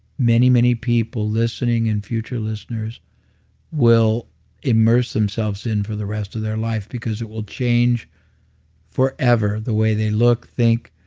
many many people listening and future listeners will immerse themselves in for the rest of their life because it will change forever the way they look, think,